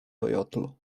peyotlu